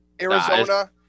Arizona